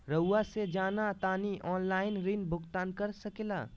रहुआ से जाना तानी ऑनलाइन ऋण भुगतान कर सके ला?